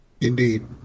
Indeed